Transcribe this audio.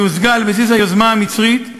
שהושגה על בסיס היוזמה המצרית,